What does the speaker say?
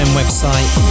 website